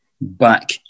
back